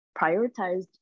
prioritized